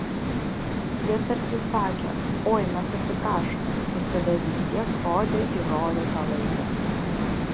jie tarsi sakė oi mes atsiprašome ir tada vis tiek rodė ir rodė tą laidą